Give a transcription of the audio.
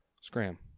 Scram